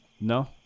No